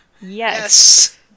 Yes